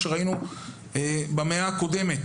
אלה מחזות שראינו במאה הקודמת.